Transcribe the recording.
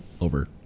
over